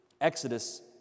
Exodus